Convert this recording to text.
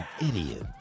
idiot